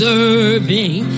Serving